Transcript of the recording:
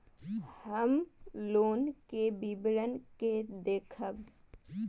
हम लोन के विवरण के देखब?